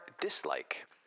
dislike